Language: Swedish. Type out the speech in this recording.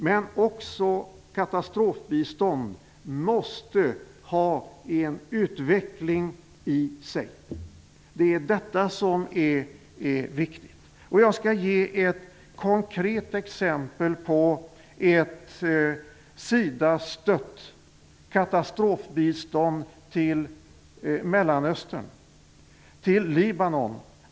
Men också katastrofbistånd måste ha en utveckling i sig. Det är detta som är viktigt. Jag skall ge ett konkret exempel på ett Mellanöstern, till Libanon.